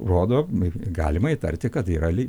rodo galima įtarti kad yra